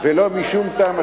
ולא משום טעם אחר,